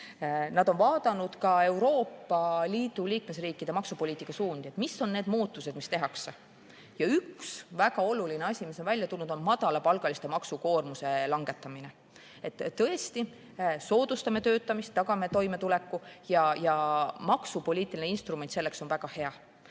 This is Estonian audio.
Nad on vaadanud Euroopa Liidu liikmesriikide maksupoliitika suundi, et mis on need muutused, mis tehakse. Üks väga oluline asi, mis on välja tulnud, on madalapalgaliste maksukoormuse langetamine. Tõesti, soodustame töötamist, tagame toimetuleku. Maksupoliitiline instrument on selleks väga hea.